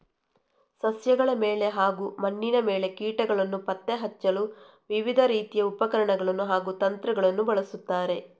ಸಸ್ಯಗಳ ಮೇಲೆ ಹಾಗೂ ಮಣ್ಣಿನ ಮೇಲೆ ಕೀಟಗಳನ್ನು ಪತ್ತೆ ಹಚ್ಚಲು ವಿವಿಧ ರೀತಿಯ ಉಪಕರಣಗಳನ್ನು ಹಾಗೂ ತಂತ್ರಗಳನ್ನು ಬಳಸುತ್ತಾರೆ